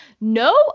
No